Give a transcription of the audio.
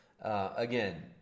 Again